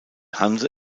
hanse